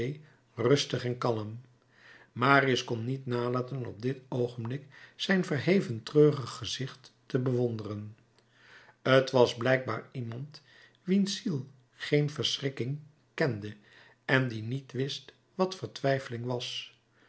rustig en kalm marius kon niet nalaten op dit oogenblik zijn verheven treurig gezicht te bewonderen t was blijkbaar iemand wiens ziel geen verschrikking kende en die niet wist wat vertwijfeling was